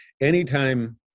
Anytime